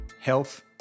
health